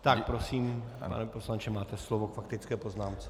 Tak prosím, pane poslanče, máte slovo k faktické poznámce.